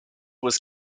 was